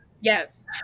Yes